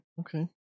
Okay